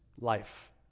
life